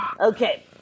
Okay